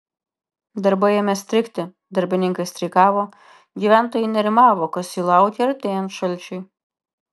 darbai ėmė strigti darbininkai streikavo gyventojai nerimavo kas jų laukia artėjant šalčiui